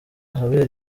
ahabera